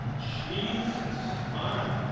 jesus, fine.